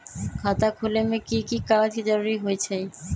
खाता खोले में कि की कागज के जरूरी होई छइ?